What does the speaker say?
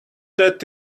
that